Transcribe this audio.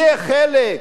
יהיה חלק,